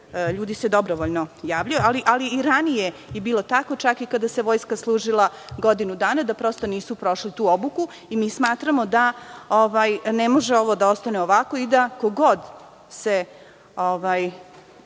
ljudi se dobrovoljno javljaju, ali i ranije je bilo tako, čak i kada se vojska služila godinu dana, da prosto nisu prošli tu obuku i mi smatramo da ne može ovo da ostane ovako i da ko god se